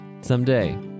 someday